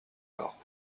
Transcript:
alors